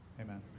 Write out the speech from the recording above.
Amen